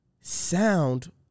sound